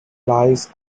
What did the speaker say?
lies